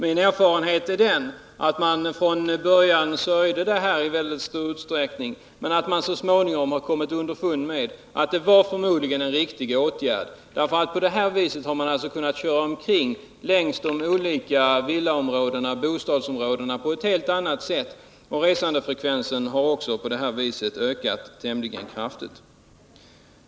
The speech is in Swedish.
Min erfarenhet är att man i stor utsträckning beklagar åtgärden först men att man så småningom kommer underfund med att det förmodligen var en riktig åtgärd som vidtogs. Med nuvarande trafiksystem kan man köra omkring längs de olika villaoch bostadsområdena på ett helt annat sätt. Resandefrekvensen har också på detta sätt ökat tämligen kraftigt.